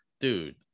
dude